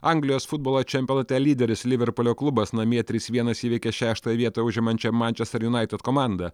anglijos futbolo čempionate lyderis liverpulio klubas namie trys vienas įveikė šeštąją vietą užimančią mančester junaitid komandą